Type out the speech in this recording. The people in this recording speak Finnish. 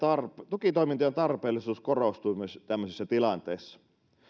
tukitoimintojen tarpeellisuus korostuu tämmöisissä tilanteissa